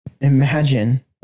imagine